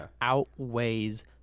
outweighs